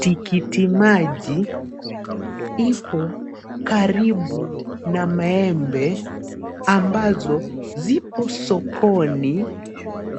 Tikiti maji ipo karibu na maembe ambazo zipo sokoni